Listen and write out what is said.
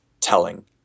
telling